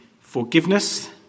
forgiveness